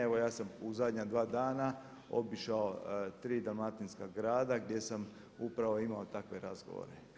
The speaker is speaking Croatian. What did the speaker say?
Evo ja sam u zadnja dva dana obišao tri dalmatinska grada gdje sam upravo imao takve razgovore.